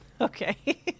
okay